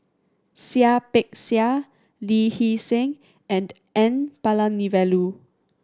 Seah Peck Seah Lee Hee Seng and N Palanivelu